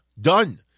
done